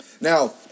now